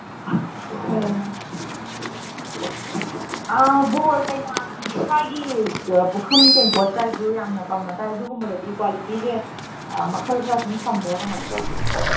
ꯑꯥ ꯕꯣꯔ ꯀꯩꯅꯥꯒꯤ ꯄꯤꯊ꯭ꯔꯥꯏꯒꯤ ꯄꯨꯈꯝ ꯇꯦꯡꯀꯣꯠ ꯀꯥꯏꯁꯨ ꯌꯥꯃꯅ ꯇꯧꯅꯗꯥꯏ ꯑꯗꯨꯒꯨꯝꯕꯗꯗꯤ ꯀ꯭ꯋꯥꯂꯤꯇꯤꯁꯦ ꯃꯈꯜ ꯈꯔ ꯁꯨꯝ ꯊꯝꯕ꯭ꯔꯥ ꯀꯃꯥꯏ ꯇꯧꯒꯦ ꯏꯅꯦ